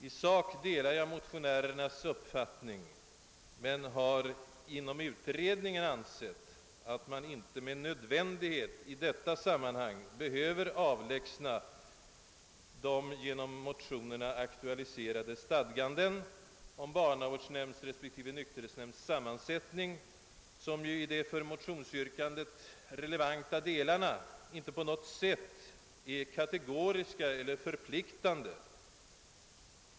I sak delar jag motionärernas uppfattning men har inom utredningen ansett att man inte med nödvändighet i detta sammanhang behöver avlägsna de genom motionerna aktualiserade stadganden om barnavårdsnämnds respektive nykterhetsnämnds sammansättning som ju i de för motionsyrkandet relevanta delarna inte på något sätt är kategoriska eller förpliktande.